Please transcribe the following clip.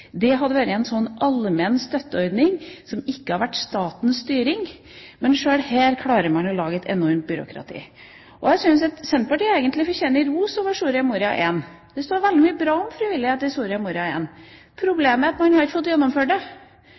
en allmenn støtteordning ikke underlagt statlig styring. Men sjøl her klarer man å lage et enormt byråkrati. Jeg syns at Senterpartiet egentlig fortjener ros for Soria Moria I, det står veldig mye bra om frivillighet der. Problemet er at man ikke har fått gjennomført det. Man har veldig mange vakre ord, men man har ikke fått gjennomført det.